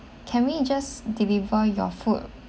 can we just deliver your food